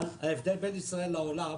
אבל ההבדל בין ישראל לעולם